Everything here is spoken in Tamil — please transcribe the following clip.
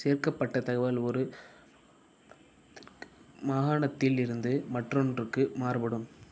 சேர்க்கப்பட்ட தகவல்கள் ஒரு மாகாணத்தில் இருந்து மற்றொன்றுக்கு மாறுபடும்